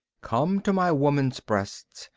come to my woman's breasts.